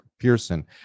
Pearson